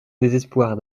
désespoir